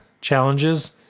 challenges